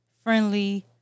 Friendly